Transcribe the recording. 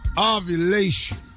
ovulation